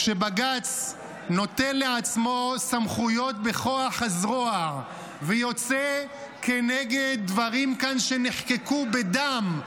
כשבג"ץ נוטל לעצמו סמכויות בכוח הזרוע ויוצא כנגד דברים שנחקקו כאן בדם,